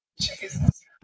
Jesus